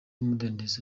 umudendezo